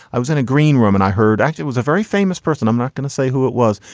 i was in a green room and i heard act. it was a very famous person i'm not going to say who it was,